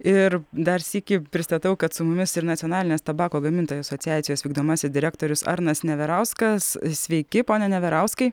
ir dar sykį pristatau kad su mumis ir nacionalinės tabako gamintojų asociacijos vykdomasis direktorius arnas neverauskas sveiki pone neverauskai